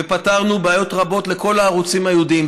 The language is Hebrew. ופתרנו בעיות רבות לכל הערוצים הייעודיים,